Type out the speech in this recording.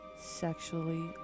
sexually